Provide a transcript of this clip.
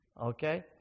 Okay